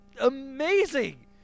amazing